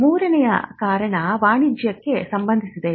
ಮೂರನೆಯ ಕಾರಣ ವಾಣಿಜ್ಯಕ್ಕೆ ಸಂಬಂಧಿಸಿದೆ